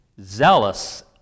zealous